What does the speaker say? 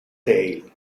tale